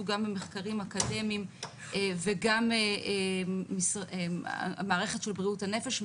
גם במחקרים אקדמיים וגם במערכת של בריאות הנפש.